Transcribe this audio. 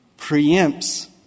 preempts